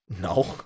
No